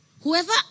Whoever